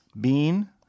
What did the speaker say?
Bean